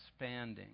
expanding